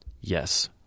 Yes